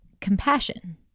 compassion